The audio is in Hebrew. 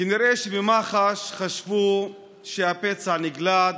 כנראה שבמח"ש חשבו שהפצע הגליד,